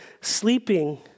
sleeping